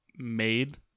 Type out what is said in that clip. made